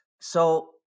So-